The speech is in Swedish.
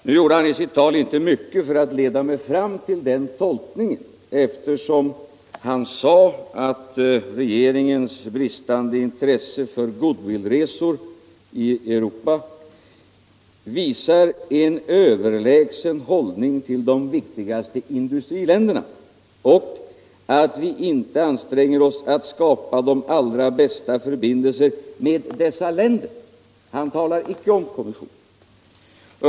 Nu gjorde han i sitt anförande inte mycket för att leda mig fram till den tolkningen eftersom han sade att regeringens bristande intresse för goodwill-resor i Europa visar ”en överlägsen hållning gentemot de viktigaste industriländerna” och att vi inte anstränger oss ”att skapa de allra bästa förbindelser med dessa länder”. Han talar icke om kommissionen.